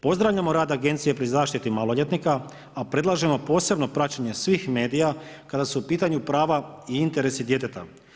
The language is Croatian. Pozdravljamo rad agencije pri zaštiti maloljetnika, a predlažemo posebno praćenje svih medija kada su u pitanju prava i interesi djeteta.